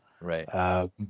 Right